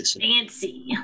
Fancy